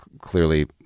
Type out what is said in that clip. clearly